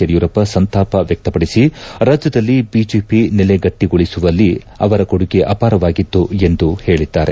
ಯಡಿಯೂರಪ್ಪ ಸಂತಾಪ ವ್ಯಕ್ತಪಡಿಸಿ ರಾಜ್ಯದಲ್ಲಿ ಬಿಜೆಪಿ ನೆಲೆಗಟ್ಟಗೊಳಿಸುವಲ್ಲಿ ಅವರ ಕೊಡುಗೆ ಅಪಾರವಾಗಿತ್ತು ಎಂದು ಹೇಳಿದ್ದಾರೆ